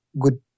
good